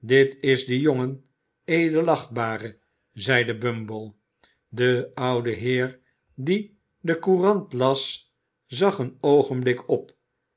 dit is de jongen edelachtbare zeide bumble de oude heer die de courant las zag een oogenblik op